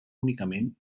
únicament